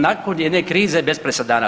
Nakon jedne krize bez presedana.